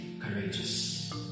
courageous